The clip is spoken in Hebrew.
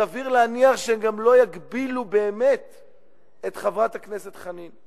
סביר להניח שהן גם לא יגבילו באמת את חברת הכנסת חנין,